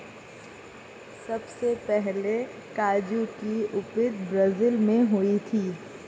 सबसे पहले काजू की उत्पत्ति ब्राज़ील मैं हुई थी